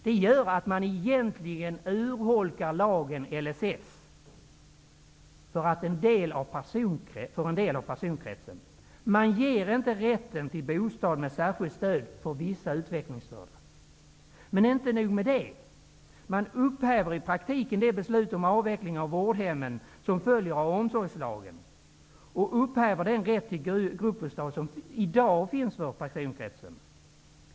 Det man gör är egentligen att urholka lagen, LSS, för en del av personkretsen. Man ger för vissa utvecklingsstörda inte en rätt till bostad med särskilt stöd. Men inte nog med det, man upphäver i praktiken det beslut om avveckling av vårdhemmen som följer av omsorgslagen och upphäver den rätt till gruppbostad som i dag finns för personkretsen.